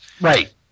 Right